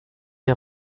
est